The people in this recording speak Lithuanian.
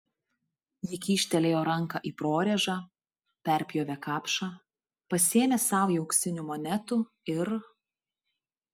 ji kyštelėjo ranką į prorėžą perpjovė kapšą pasėmė saują auksinių monetų ir